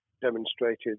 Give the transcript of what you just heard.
demonstrated